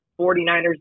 49ers